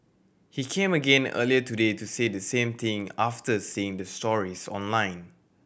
he came again earlier today to say the same thing after seeing the stories online